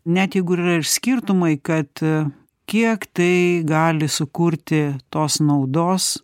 net jeigu yra ir skirtumai kad kiek tai gali sukurti tos naudos